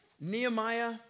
Nehemiah